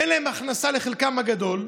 אין להם הכנסה, לחלקם הגדול,